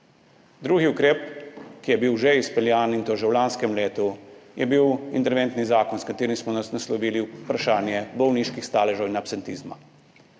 Drugi ukrep, ki je bil že izpeljan, in to že v lanskem letu, je bil interventni zakon, s katerim smo naslovili vprašanje bolniških staležev in absentizma.